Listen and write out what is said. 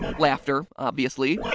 laughter, obviously